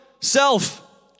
self